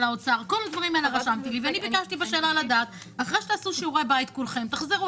ביקשתי מכם שתעשו שיעורי בית כולכם ותגידו